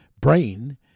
brain